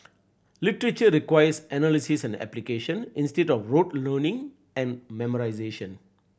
literature requires analysis and application instead of rote learning and memorisation